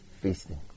feasting